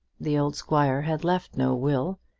the old squire had left no will,